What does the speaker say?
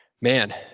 man